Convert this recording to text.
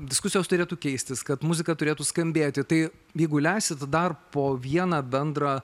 diskusijos turėtų keistis kad muzika turėtų skambėti tai jeigu leisit dar po vieną bendrą